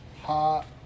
Hot